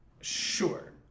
Sure